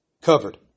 covered